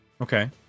okay